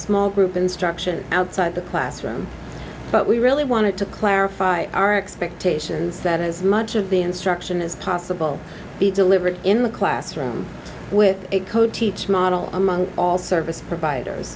small group instruction outside the classroom but we really wanted to clarify our expectations that as much of the instruction as possible be delivered in the classroom with a code teach model among all service providers